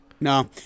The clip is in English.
no